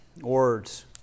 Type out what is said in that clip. words